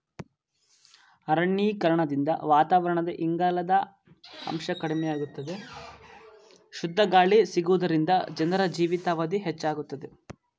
ಅರಣ್ಯೀಕರಣದಿಂದ ವಾತಾವರಣದಲ್ಲಿ ಇಂಗಾಲದ ಅಂಶ ಕಡಿಮೆಯಾಗುತ್ತದೆ, ಶುದ್ಧವಾದ ಗಾಳಿ ಸಿಗುವುದರಿಂದ ಜನರ ಜೀವಿತಾವಧಿ ಹೆಚ್ಚಾಗುತ್ತದೆ